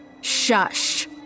Shush